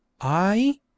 I—